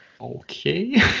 Okay